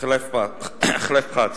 חלף פחת.